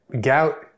gout